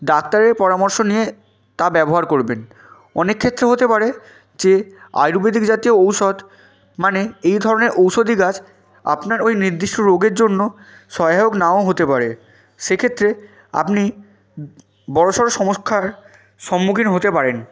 ডাক্তারের পরামর্শ নিয়ে তা ব্যবহার করবেন অনেক ক্ষেত্রে হতে পারে যে আয়ুর্বেদিক জাতীয় ঔষদ মানে এই ধরনের ঔষধি গাছ আপনার ওই নির্দিষ্ট রোগের জন্য সহায়ক নাও হতে পারে সেক্ষেত্রে আপনি বড়ো সড়ো সমস্যার সম্মুখীন হতে পারেন